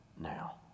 now